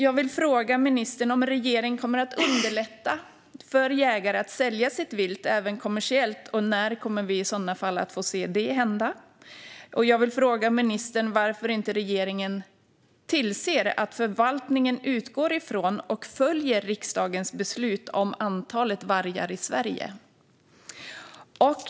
Jag vill fråga ministern om regeringen kommer att underlätta för jägare att sälja sitt vilt även kommersiellt. När kommer vi i sådana fall att få se det hända? Jag vill fråga ministern varför inte regeringen tillser att förvaltningen utgår från och följer riksdagens beslut om antalet vargar i Sverige.